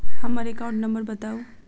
हम्मर account number बताऊ?